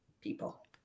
people